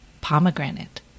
Pomegranate